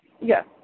yes